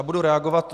Budu reagovat.